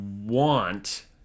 want